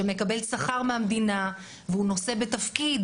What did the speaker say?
שמקבל שכר מהמדינה והוא נושא בתפקיד,